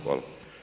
Hvala.